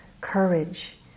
courage